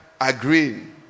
agreeing